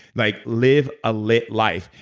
like live a lit life.